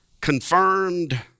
confirmed